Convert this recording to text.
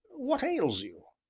what ails you?